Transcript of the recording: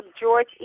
George